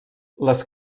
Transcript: les